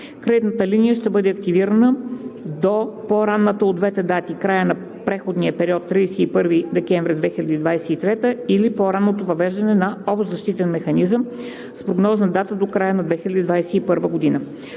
Кредитната линия ще бъде активна до по-ранната от двете дати – края на преходния период 31 декември 2023 г., или по-ранното въвеждане на общ защитен механизъм с прогнозна дата до края на 2021 г.